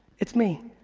it's me.